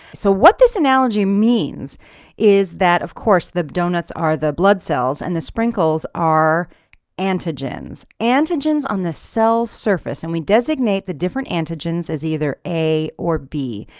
so what this analogy means is that of course, the donuts are the blood cells and the sprinkles are antigens. antigens on the cells surface, and we designate the different antigens as either a or b.